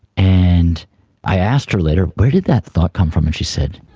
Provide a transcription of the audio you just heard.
and i asked her later, where did that thought come from? and she said,